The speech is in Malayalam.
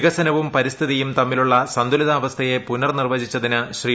വികസനവും പരിസ്ഥിതിയും തമ്മിലുള്ള സന്തുലിതാവസ്ഥയെ പുനർനിർവചിച്ചതിന് ശ്രീ